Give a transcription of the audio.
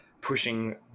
pushing